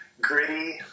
gritty